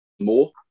more